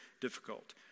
difficult